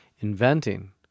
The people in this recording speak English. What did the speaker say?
inventing